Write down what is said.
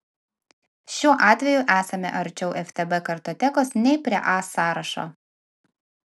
šiuo atveju esame arčiau ftb kartotekos nei prie a sąrašo